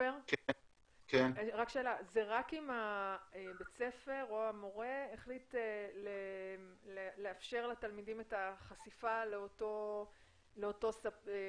זה רק אם בית הספר או המורה ביקש לחשוף את הילדים לאותו חומר?